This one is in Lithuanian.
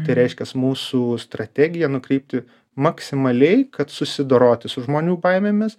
tai reiškias mūsų strategiją nukreipti maksimaliai kad susidoroti su žmonių baimėmis